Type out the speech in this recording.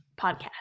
podcast